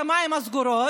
יש לנו שמיים סגורים,